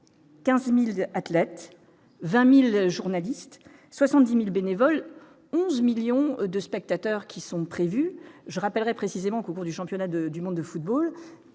15000 athlètes 20000 journalistes 70000 bénévoles 11 millions de spectateurs qui sont prévues, je rappellerai précisément au bout du championnat de du monde de football